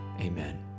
amen